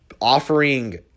offering